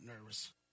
nervous